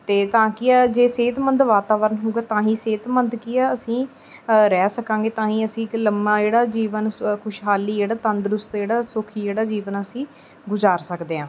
ਅਤੇ ਤਾਂ ਕੀ ਆ ਜੇ ਸਿਹਤਮੰਦ ਵਾਤਾਵਰਨ ਹੋਵੇਗਾ ਤਾਂ ਹੀ ਸਿਹਤਮੰਦ ਕੀ ਆ ਅਸੀਂ ਰਹਿ ਸਕਾਂਗੇ ਤਾਂ ਹੀ ਅਸੀਂ ਇਕ ਲੰਮਾ ਜਿਹੜਾ ਜੀਵਨ ਸ ਖੁਸ਼ਹਾਲੀ ਜਿਹੜਾ ਤੰਦਰੁਸਤ ਜਿਹੜਾ ਸੁਖੀ ਜਿਹੜਾ ਜੀਵਣ ਅਸੀਂ ਗੁਜ਼ਾਰ ਸਕਦੇ ਹਾਂ